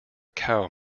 cow